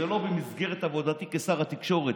זה לא במסגרת עבודתי כשר התקשורת,